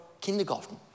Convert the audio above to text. kindergarten